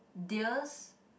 deers